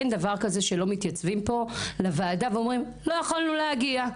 אין דבר כזה שלא מתייצבים פה לוועדה ואומרים "לא יכולנו להגיע.